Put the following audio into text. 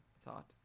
thought